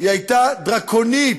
היא הייתה דרקונית,